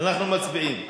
אנחנו מצביעים.